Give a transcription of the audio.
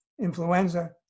influenza